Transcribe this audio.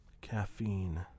Caffeine